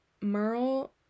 Merle